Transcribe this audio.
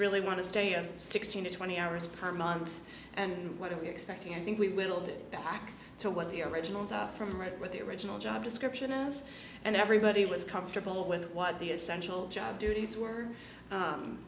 really want to stay at sixteen to twenty hours per month and what are we expecting i think we will get back to what the original from right with the original job description as and everybody was comfortable with what the essential job duties were